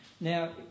Now